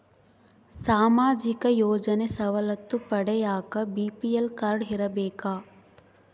ಸಾಮಾಜಿಕ ಯೋಜನೆ ಸವಲತ್ತು ಪಡಿಯಾಕ ಬಿ.ಪಿ.ಎಲ್ ಕಾಡ್೯ ಇರಬೇಕಾ?